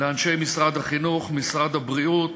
לאנשי משרד החינוך, משרד הבריאות,